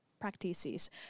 practices